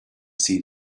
see